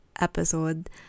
episode